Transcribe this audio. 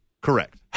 Correct